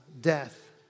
death